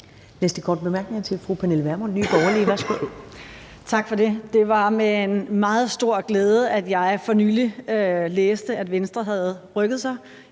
Næste korte bemærkning er til fru Pernille Vermund, Nye Borgerlige. Værsgo. Kl. 10:47 Pernille Vermund (NB): Tak for det. Det var med en meget stor glæde, at jeg for nylig læste, at Venstre havde rykket sig